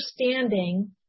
understanding